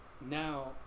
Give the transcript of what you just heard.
Now